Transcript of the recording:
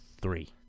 three